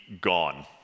gone